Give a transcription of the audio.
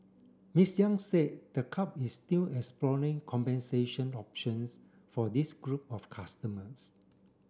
Ms Yang said the club is still exploring compensation options for this group of customers